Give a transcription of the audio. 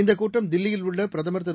இந்தக் கூட்டம் தில்லியில் உள்ள பிரதம் திரு